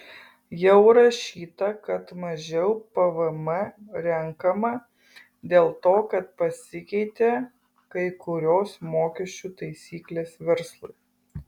jau rašyta kad mažiau pvm renkama dėl to kad pasikeitė kai kurios mokesčių taisyklės verslui